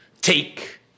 Take